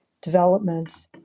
development